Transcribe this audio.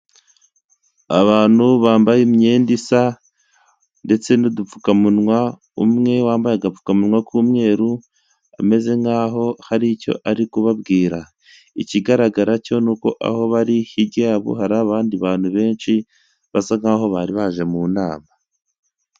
Abantu bambaye imyenda isa ndetse n'udupfukamunwa, umwe wambaye agapfukamunwa k'umweru ameze nk'aho hari icyo ari kubabwira, ikigaragara cyo ni uko aho bari hirya yabo hari abandi bantu benshi basa nk'aho bari baje mu nama.